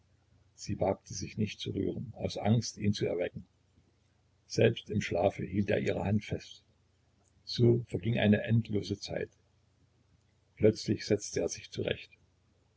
sie wagte sich nicht zu rühren aus angst ihn zu erwecken selbst im schlafe hielt er ihre hand fest so verging eine endlose zeit plötzlich setzte er sich zurecht